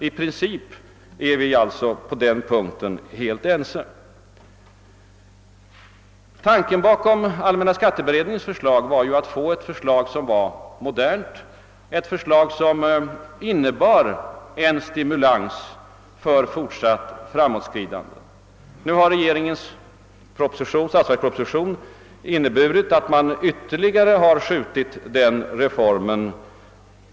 I princip är vi alltså helt ense i det hänseendet. Tanken bakom allmänna skatteberedningens förslag var ju att åstadkomma ett skattesystem som var modernt, ett förslag som innebar en stimulans för fortsatt framåtskridande. Regeringens statsverksproposition innebär tyvärr att den reformen ytterligare har skjutits på framtiden.